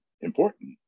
important